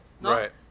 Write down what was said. Right